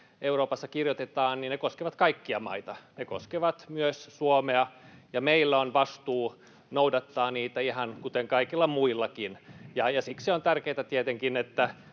Euroopassa kirjoitetaan, niin ne koskevat kaikkia maita. Ne koskevat myös Suomea, ja meillä on vastuu noudattaa niitä ihan kuten kaikilla muillakin, ja siksi on tärkeätä tietenkin, että